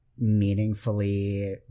meaningfully